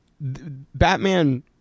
Batman